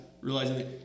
realizing